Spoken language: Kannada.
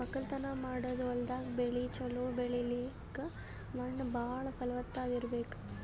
ವಕ್ಕಲತನ್ ಮಾಡದ್ ಹೊಲ್ದಾಗ ಬೆಳಿ ಛಲೋ ಬೆಳಿಲಕ್ಕ್ ಮಣ್ಣ್ ಭಾಳ್ ಫಲವತ್ತಾಗ್ ಇರ್ಬೆಕ್